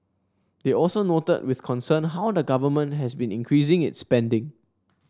they also noted with concern how the government has been increasing its spending